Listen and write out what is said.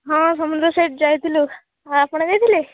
ହଁ ସମୁଦ୍ର ସାଇଡ୍ ଯାଇଥିଲୁ ଆଉ ଆପଣ ଯାଇଥିଲେ